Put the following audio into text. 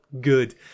good